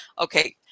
Okay